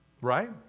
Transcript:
Right